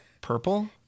Purple